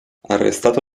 arrestato